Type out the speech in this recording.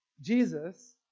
Jesus